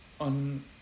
on